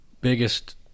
biggest